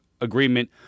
agreement